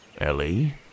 Ellie